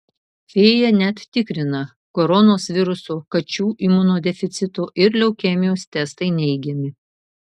fėja net tikrinta koronos viruso kačių imunodeficito ir leukemijos testai neigiami